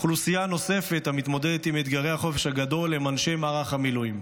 אוכלוסייה נוספת שמתמודדת עם אתגרי החופש הגדול הם אנשי מערך המילואים,